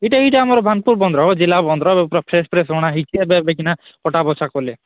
ଏଇଟା ଏଇଟା ଆମର ଭାନପୁର ବନ୍ଦର ଜିଲ୍ଲା ବନ୍ଦର ଓ ପୂରା ଫ୍ରେସ୍ ଫ୍ରେସ୍ ଅଣା ହେଇଛି ଏବେ ଏବେ କିନା କଟା ବଛା କଲେ